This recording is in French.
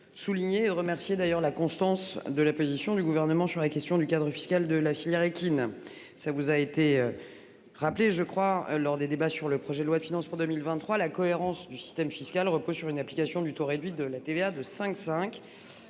me permet de souligner remercier d'ailleurs la constance de la position du gouvernement sur la question du cadre fiscal de la filière équine. Ça vous a été. Rappelé je crois lors des débats sur le projet de loi de finances pour 2023, la cohérence du système fiscal repose sur une application du taux réduit de la TVA de 5 5.